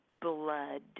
blood